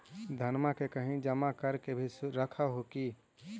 धनमा के कहिं जमा कर के भी रख हू की?